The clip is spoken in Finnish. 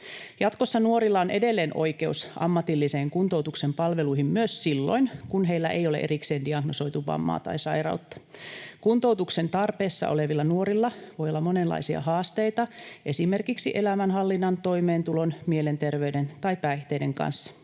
Jatkossa nuorilla on edelleen oikeus ammatillisen kuntoutuksen palveluihin myös silloin, kun heillä ei ole erikseen diagnosoitu vammaa tai sairautta. Kuntoutuksen tarpeessa olevilla nuorilla voi olla monenlaisia haasteita esimerkiksi elämänhallinnan, toimeentulon, mielenterveyden tai päihteiden kanssa,